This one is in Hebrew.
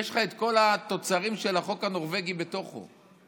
יש לך את כל התוצרים של החוק הנורווגי בתוך זה.